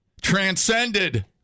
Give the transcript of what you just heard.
transcended